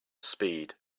speed